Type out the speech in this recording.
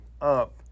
up